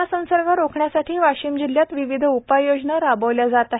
corona संसर्ग रोखण्यासाठी वाशिम जिल्ह्यात विविध उपाययोजना राबविल्या जात आहेत